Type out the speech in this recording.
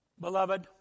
beloved